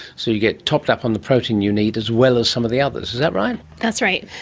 so you get topped up on the protein you need as well as some of the others. is that right? that's right.